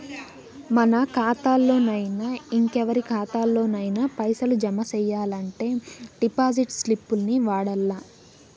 మన కాతాల్లోనయినా, ఇంకెవరి కాతాల్లోనయినా పైసలు జమ సెయ్యాలంటే డిపాజిట్ స్లిప్పుల్ని వాడల్ల